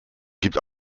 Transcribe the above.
gibt